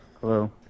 Hello